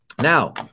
Now